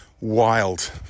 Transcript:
wild